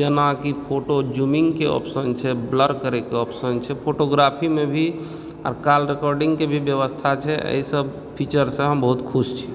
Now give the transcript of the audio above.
जेनाकि फोटो जूमिंगके ऑप्शन छै ब्लर करयके ऑप्शन छै फोटोग्राफीमे भी आब कॉल रिकॉर्डिंगके भी व्यवस्था छै एहिसभ फीचरसँ हम बहुत खुश छी